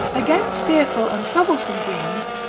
against fearful and troublesome dreams,